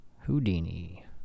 houdini